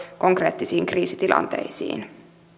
konkreettisiin kriisitilanteisiin